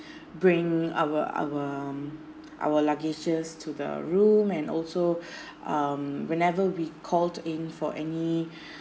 bring our our our luggages to the room and also um whenever we called in for any